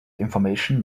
information